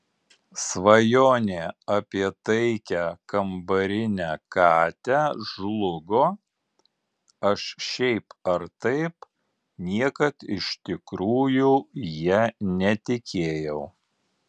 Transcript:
svajonė apie taikią kambarinę katę žlugo aš šiaip ar taip niekad iš tikrųjų ja netikėjau